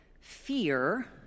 fear